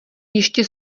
ještě